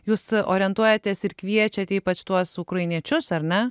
jūs orientuojatės ir kviečiate ypač tuos ukrainiečius ar ne